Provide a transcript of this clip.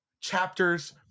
chapters